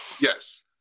Yes